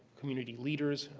community leaders,